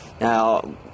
now